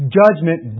judgment